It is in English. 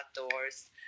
outdoors